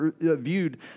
viewed